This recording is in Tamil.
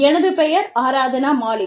எனது பெயர் ஆரத்னா மாலிக்